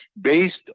based